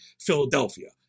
Philadelphia